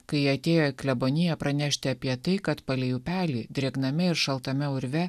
kai atėjo į kleboniją pranešti apie tai kad palei upelį drėgname ir šaltame urve